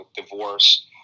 divorce